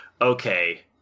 okay